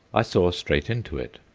i saw straight into it.